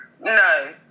No